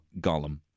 Gollum